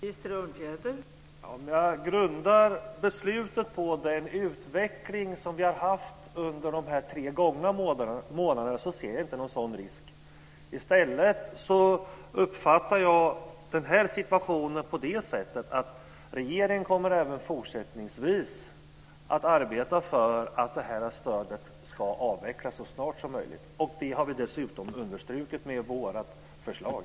Fru talman! Då beslutet är grundat på den utveckling som vi har haft under de tre gångna månaderna ser jag inte någon sådan risk. I stället uppfattar jag situationen på det sättet att regeringen även fortsättningsvis kommer att arbeta för att stödet avvecklas så snart som möjligt. Det har vi dessutom understrukit i vårt förslag.